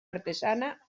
artesana